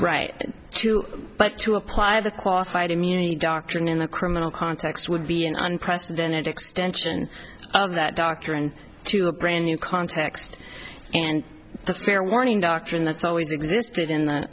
right too but to apply the qualified immunity doctrine in the criminal context would be an unprecedented extension of that doctor and to a brand new context and the fair warning doctrine that's always existed in the